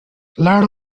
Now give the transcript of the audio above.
ladd